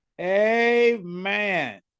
Amen